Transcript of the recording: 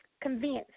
convinced